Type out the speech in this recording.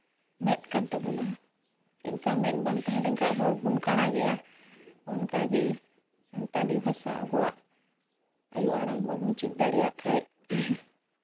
ᱢᱮᱫ ᱠᱟᱱ ᱛᱟᱵᱳᱱᱟ ᱪᱮᱫ ᱞᱮᱠᱟ ᱢᱮᱫ ᱵᱟᱝ ᱛᱟᱦᱮᱸ ᱞᱮᱱᱠᱷᱟᱡ ᱦᱚᱲ ᱵᱚᱱ ᱠᱟᱬᱟ ᱜᱮᱭᱟ ᱚᱱᱠᱟᱜᱮ ᱥᱟᱱᱛᱟᱞᱤ ᱵᱷᱟᱥᱟ ᱟᱵᱚᱣᱟᱜ ᱟᱹᱭᱩ ᱟᱲᱟᱝ ᱵᱟᱵᱚᱱ ᱪᱮᱫ ᱫᱟᱲᱮᱭᱟᱜ ᱠᱷᱟᱡ